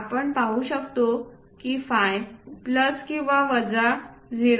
आपण पाहू शकतो की फाय प्लस किंवा वजा 0